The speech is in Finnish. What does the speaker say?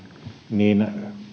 niin